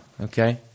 okay